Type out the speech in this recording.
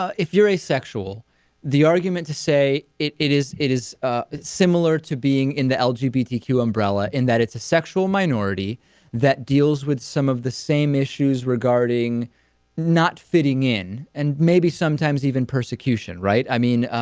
if you're a sexual the argument to say it it is that it is ah. similar to being in the algae bt q umbrella in that it's a sexual minority that deals with some of the same issues regarding not fitting in and maybe sometimes even persecution right i mean ah.